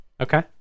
Okay